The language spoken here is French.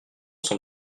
sont